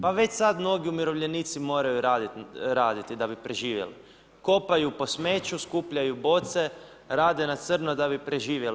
Pa već sad mnogi umirovljenici moraju raditi da bi preživjeli, kopaju po smeću, skupljaju boce, rade na crno da bi preživjeli.